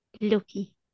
Lucky